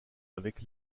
avec